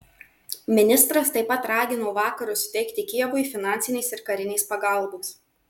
ministras taip pat ragino vakarus suteikti kijevui finansinės ir karinės pagalbos